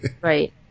Right